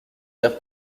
vers